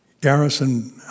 Garrison